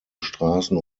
straßen